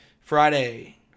Friday